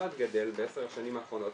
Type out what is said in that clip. המשרד גדל ב-10 השנים האחרונות